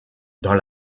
dans